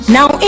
Now